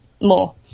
more